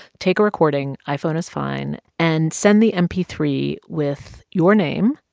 take a recording iphone is fine and send the m p three with your name,